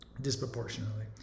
Disproportionately